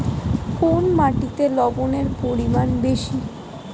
কোন মাটিতে লবণের পরিমাণ বেশি?